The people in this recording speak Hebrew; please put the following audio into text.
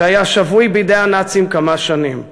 שהיה שבוי בידי הנאצים כמה שנים.